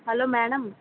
hello madam